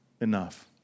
enough